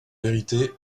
vérité